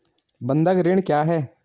बंधक ऋण क्या है?